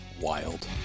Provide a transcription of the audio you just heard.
Wild